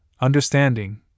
understanding